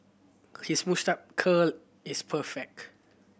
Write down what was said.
his moustache curl is perfect